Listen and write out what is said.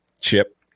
chip